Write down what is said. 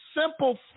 simple